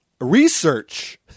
research